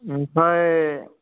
ओमफ्राय